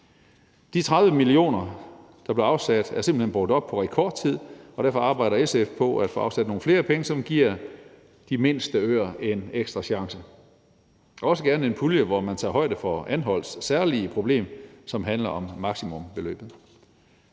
De 30 mio. kr., der blev afsat, er simpelt hen brugt op på rekordtid, og derfor arbejder SF på at få afsat nogle flere penge, som giver de mindste øer en ekstra chance – også gerne en pulje, hvor man tager højde for Anholts særlige problem, som handler om maksimumsbeløbet.